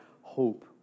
hope